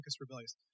rebellious